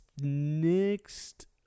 next